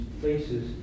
places